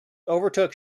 overtook